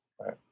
right